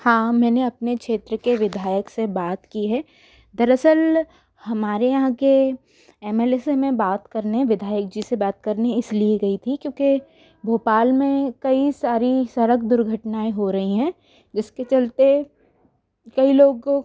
हाँ मैंने अपने क्षेत्र के विधायक से बात की है दरअसल हमारे यहाँ के एम एल ए से हमें बात करने हैं विधायक जी से बात करनी है इसलिए गई थी क्योंकि भोपाल में कई सारी सड़क दुर्घटनाएँ हो रही हैं जिसके चलते कई लोगों